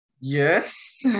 Yes